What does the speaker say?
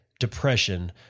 depression